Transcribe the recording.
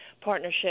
partnership